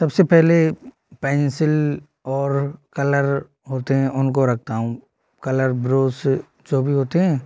सबसे पहले पैंसिल और कलर होते हैं उनको रखता हूँ कलर ब्रूस जो भी होते हैं